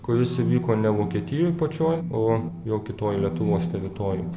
kuris įvyko ne vokietijoj pačioj o jau kitoj lietuvos teritorijoj